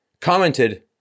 commented